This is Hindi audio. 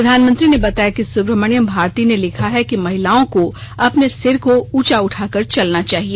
प्रधानमंत्री ने बताया कि सुब्रमण्यम भारती ने लिखा है कि महिलाओं को अपने सिर को ऊंचा कर चलना चाहिए